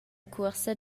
cuorsa